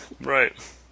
Right